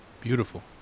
Beautiful